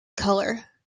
color